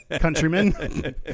countrymen